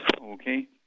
Okay